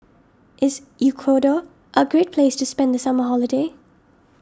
is Ecuador a great place to spend the summer holiday